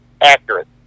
accurate